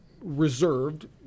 reserved